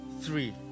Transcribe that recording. three